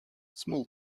small